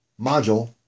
module